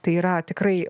tai yra tikrai